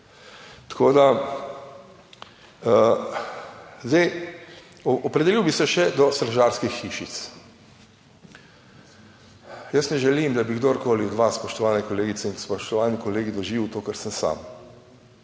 Tako da, zdaj, opredelil bi se še do stražarskih hišic. Jaz ne želim, da bi kdorkoli od vas, spoštovane kolegice in spoštovani kolegi, doživel to, kar sem sam.